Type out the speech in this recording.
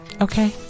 Okay